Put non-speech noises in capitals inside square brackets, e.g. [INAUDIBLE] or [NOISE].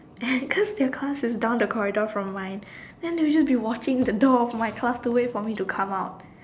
and [LAUGHS] cause their class is down the corridor from mine then usually they will be watching the door of my class to wait for me to come out